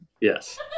yes